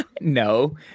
No